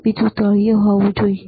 બીજો તળિયે હોવો જોઈએ